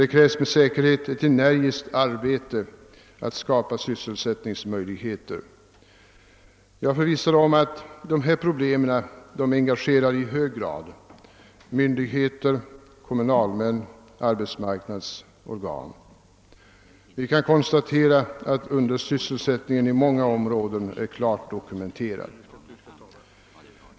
Jag är förvissad om att dessa problem i hög grad engagerar myndigheter, kommunalmän och arbetsmarknadsorgan. Undersysselsättningen är i många områden klart dokumenterad.